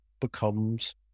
becomes